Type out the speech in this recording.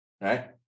Right